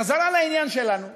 חזרה לעניין שלנו.